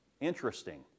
Interesting